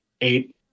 eight